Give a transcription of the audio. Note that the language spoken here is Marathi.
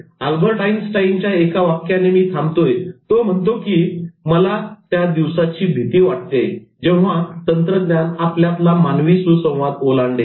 अल्बर्ट आईन्स्टाईन च्या एका वाक्याने मी थांबतोय तो म्हणतो की "मला त्या दिवसाची भीती वाटतेय जेव्हा तंत्रज्ञान आपल्यातला मानवी सुसंवाद ओलांडेल